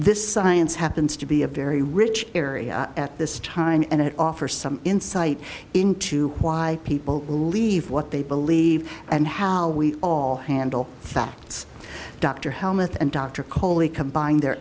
this science happens to be a very rich area at this time and it offer some insight into why people believe what they believe and how we all handle facts dr hellmouth and dr kohli combined their